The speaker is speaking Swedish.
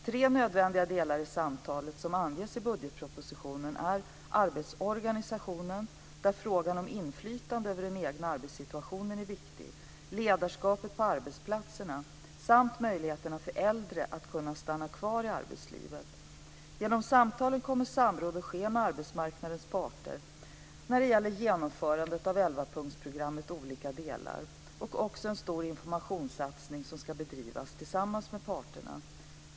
Tre nödvändiga delar i samtalen som anges i budgetpropositionen är arbetsorganisationen, där frågan om inflytande över den egna arbetssituationen är viktig, ledarskapet på arbetsplatserna samt möjligheterna för äldre att stanna kvar i arbetslivet. Genom samtalen kommer samråd att ske med arbetsmarknadsparterna vad avser genomförandet av elvapunktsprogrammets olika delar. En stor informationssatsning ska göras tillsammans med parterna.